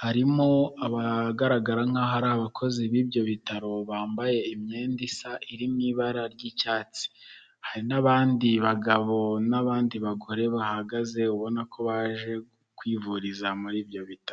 harimo abagaragara nk'aho ari abakozi b'ibyo bitaro bambaye imyenda isa iri mu ibara ry'icyatsi, hari n'abandi bagabo n'abandi bagore bahagaze ubona ko baje kwivuriza muri ibyo bitaro.